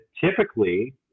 typically